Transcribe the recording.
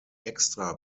extra